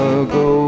ago